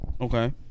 Okay